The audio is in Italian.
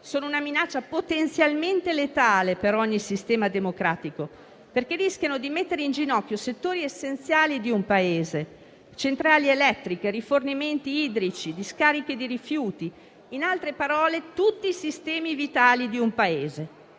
sono una minaccia potenzialmente letale per ogni sistema democratico, perché rischiano di mettere in ginocchio settori essenziali di un Paese: centrali elettriche, rifornimenti idrici, discariche di rifiuti; in altre parole, tutti i sistemi vitali di un Paese.